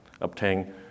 obtaining